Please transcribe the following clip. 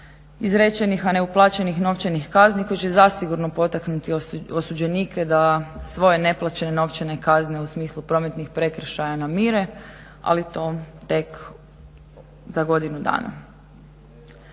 izrečenih, a neuplaćenih novčanih kazni koji će zasigurno potaknuti osuđenike da svoje neplaćene novčane kazne u smislu prometnih prekršaja namire ali to tek za godinu dana.